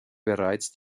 bereits